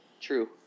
true